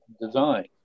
design